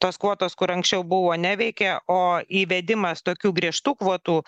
tos kvotos kur anksčiau buvo neveikė o įvedimas tokių griežtų kvotų